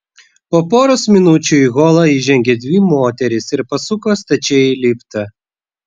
po poros minučių į holą įžengė dvi moterys ir pasuko stačiai į liftą